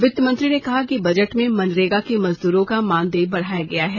वित्त मंत्री ने कहा कि बजट में मनरेगा के मजदूरों का मानदेय बढ़ाया गया है